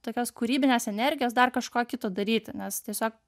tokios kūrybinės energijos dar kažko kito daryti nes tiesiog